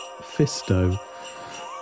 Fisto